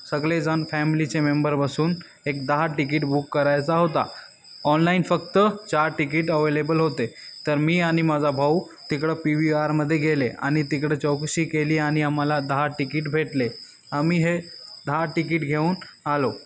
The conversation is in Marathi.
सगळेजण फॅमिलीचे मेंबर बसून एक दहा टिकीट बुक करायचा होता ऑनलाईन फक्त चार टिकीट अवेलेबल होते तर मी आणि माझा भाऊ तिकडं पी व्ही आरमध्ये गेले आणि तिकडं चौकशी केली आणि आम्हाला दहा टीकीट भेटले आम्ही हे दहा टिकीट घेऊन आलो